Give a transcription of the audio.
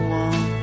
one